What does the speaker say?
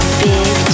big